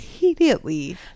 Immediately